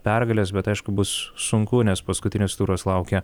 pergales bet aišku bus sunku nes paskutinis turas laukia